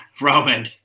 Roman